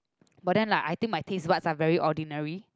but then like I think my taste buds are very ordinary